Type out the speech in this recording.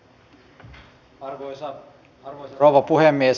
arvoisa rouva puhemies